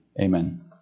Amen